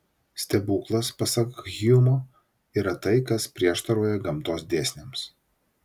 stebuklas pasak hjumo yra tai kas prieštarauja gamtos dėsniams